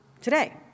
today